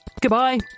goodbye